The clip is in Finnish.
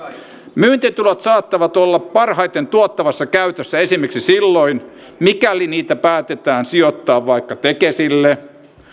myyntitulot saattavat olla parhaiten tuottavassa käytössä esimerkiksi silloin mikäli niitä päätetään sijoittaa vaikka tekesille